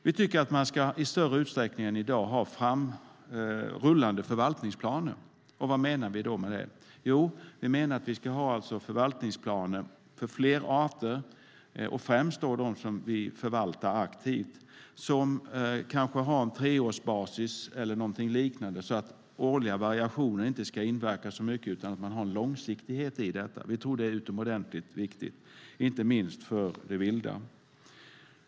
Vi tycker att man i större utsträckning än i dag ska ha rullande förvaltningsplaner. Och vad menar vi då med det? Jo, vi menar att vi ska ha förvaltningsplaner för fler arter, och främst de som vi förvaltar aktivt, kanske på treårsbasis eller liknande så att årliga variationer inte ska inverka så mycket utan att det finns en långsiktighet. Vi tror att det är utomordentligt viktigt, inte minst för det vilda.